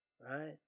Right